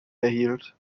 erhielt